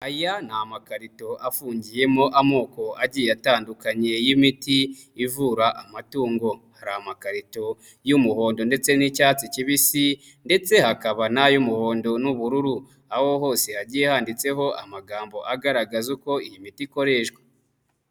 Aya ni amakarito afungiyemo amoko agiye atandukanye y'imiti ivura amatungo, hari amakarito y'umuhondo ndetse n'icyatsi kibisi ndetse hakaba n'ay'umuhondo n'ubururu, aho yose hagiye handitseho amagambo agaragaza uko iyi miti ikoreshwa.